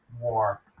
war